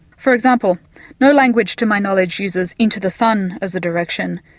for example no language to my knowledge uses into the sun as a direction,